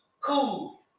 Cool